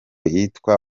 yitwa